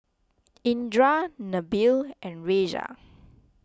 Indra Nabil and Raisya